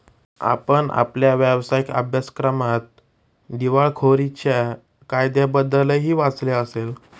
आपण आपल्या व्यावसायिक अभ्यासक्रमात दिवाळखोरीच्या कायद्याबद्दलही वाचले असेल